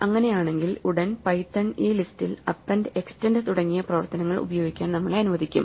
അങ്ങിനെയാണെങ്കിൽ ഉടൻ പൈത്തൺ ഈ ലിസ്റ്റിൽ അപ്പെൻഡ് എക്സ്റ്റെൻഡ് തുടങ്ങിയ പ്രവർത്തനങ്ങൾ ഉപയോഗിക്കാൻ നമ്മളെ അനുവദിക്കും